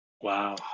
Wow